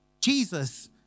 Jesus